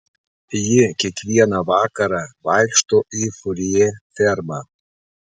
ji kiekvieną vakarą vaikšto į furjė fermą